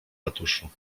ratuszu